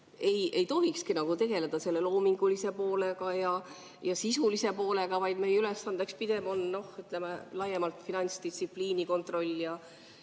ei tohikski tegeleda selle loomingulise poolega ja sisulise poolega, vaid meie ülesandeks pigem on laiemalt finantsdistsipliini kontroll ja